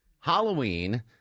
Halloween